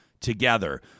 together